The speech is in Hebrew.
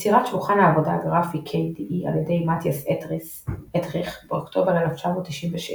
יצירת שולחן העבודה הגרפי KDE על ידי מתיאס אתריך באוקטובר 1996,